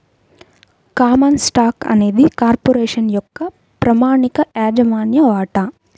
common stock అనేది corporation యొక్క ప్రామాణిక యాజమాన్య వాటా